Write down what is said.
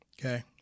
okay